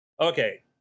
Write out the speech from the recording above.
okay